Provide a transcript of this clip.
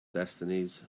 destinies